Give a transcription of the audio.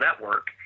network